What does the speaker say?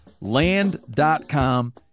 Land.com